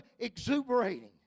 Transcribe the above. exuberating